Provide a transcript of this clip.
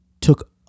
took